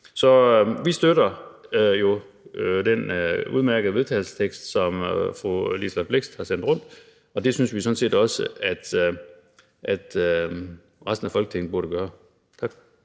Så vi støtter den udmærkede vedtagelsestekst, som fru Liselott Blixt har fremsat. Det synes vi sådan set også at resten af Folketinget burde gøre. Tak.